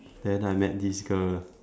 then I met this girl